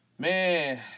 Man